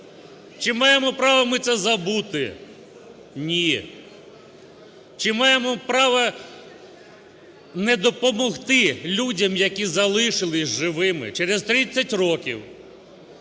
Чи маємо право ми це забути? Ні. Чи маємо право не допомогти людям, які залишились живими через 30 років?